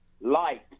Light